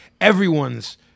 everyone's